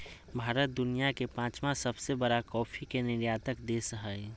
भारत दुनिया के पांचवां सबसे बड़ा कॉफ़ी के निर्यातक देश हइ